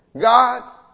God